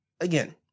again